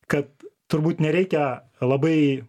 kad turbūt nereikia labai